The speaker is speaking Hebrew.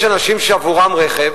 יש אנשים שעבורם רכב,